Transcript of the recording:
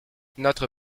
notre